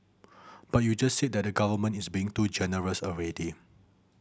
but you just said that the government is being too generous already